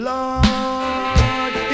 Lord